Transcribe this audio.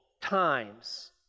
times